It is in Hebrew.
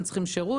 הם צריכים שירות,